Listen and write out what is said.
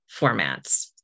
formats